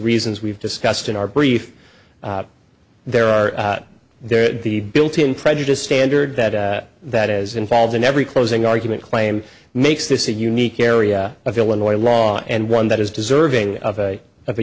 reasons we've discussed in our brief there are there the built in prejudice standard that that is involved in every closing argument claim makes this a unique area of illinois law and one that is deserving of a